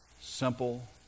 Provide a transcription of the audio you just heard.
simple